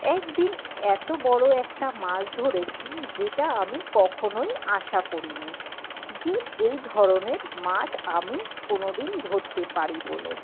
এক দিন এতো বড়ো একটা মাছ ধরেছি যেটা আমি কখনোই আশা করি নি যে এই ধরণের মাছ আমি কোনো দিন ধরতে পারি বলে